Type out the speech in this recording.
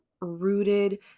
rooted